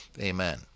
amen